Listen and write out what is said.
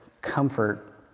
comfort